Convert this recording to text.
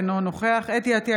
אינו נוכח חוה אתי עטייה,